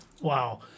Wow